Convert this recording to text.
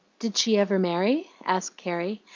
did she ever marry? asked carrie,